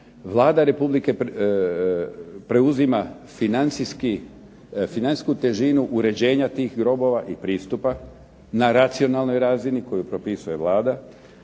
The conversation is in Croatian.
Vlada preuzima financijsku težinu uređenja tih grobova i pristupa na racionalnoj razini koju propisuje Vlada,